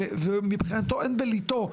ומבחינתו אין בלתו,